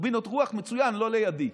טורבינות רוח, מצוין, לא לידי,